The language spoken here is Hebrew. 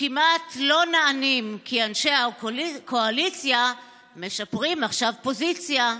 וכמעט לא נענים / כי אנשי הקואליציה / משפרים עכשיו פוזיציה.